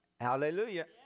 Hallelujah